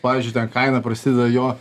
pavyzdžiui ten kaina prasideda jo